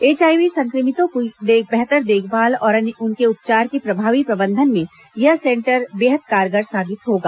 HIV संक्रमितों की बेहतर देखभाल और उनके उपचार के प्रभावी प्रबंधन में यह सेंटर बेहद कारगर साबित होगा